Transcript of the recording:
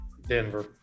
Denver